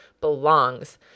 belongs